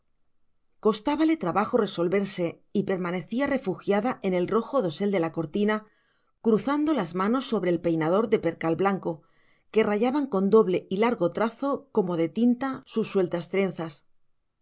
nucha costábale trabajo resolverse y permanecía refugiada en el rojo dosel de la cortina cruzando las manos sobre el peinador de percal blanco que rayaban con doble y largo trazo como de tinta sus sueltas trenzas